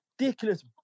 Ridiculous